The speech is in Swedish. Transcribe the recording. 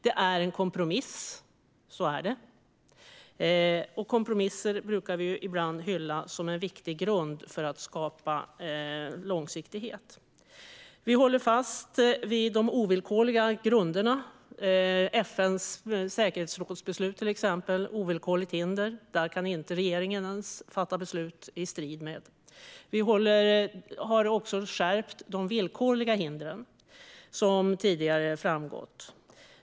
Det är en kompromiss - så är det, och kompromisser brukar vi ibland hylla som en viktig grund för att skapa långsiktighet. Vi håller fast vid de ovillkorliga grunderna. FN:s säkerhetsråds beslut är till exempel ett ovillkorligt hinder, och regeringen kan inte fatta beslut i strid med dem. Vi har skärpt de villkorliga hindren, som tidigare framgått.